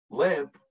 lamp